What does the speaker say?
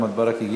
מוחמד ברכה?